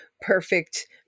perfect